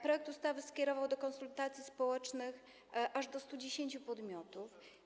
Projekt ustawy został skierowany do konsultacji społecznych aż do 110 podmiotów.